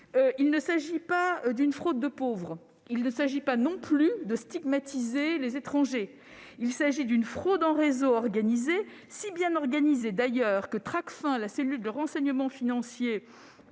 il ne s'agit pas d'une fraude de pauvres et notre but n'est en aucun cas de stigmatiser les étrangers. Il s'agit d'une fraude en réseaux organisés, si bien organisés d'ailleurs que Tracfin, la cellule de renseignement financier